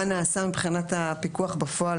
מה נעשה מבחינת הפיקוח בפועל,